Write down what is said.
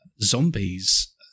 zombies